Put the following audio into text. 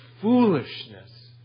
foolishness